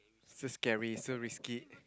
so scary so risky